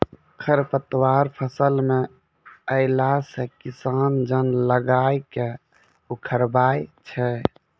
खरपतवार फसल मे अैला से किसान जन लगाय के उखड़बाय छै